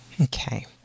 Okay